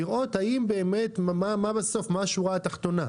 צריך לראות מהי באמת השורה התחתונה בסוף.